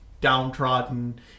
downtrodden